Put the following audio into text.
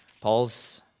Paul's